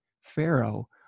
pharaoh